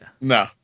No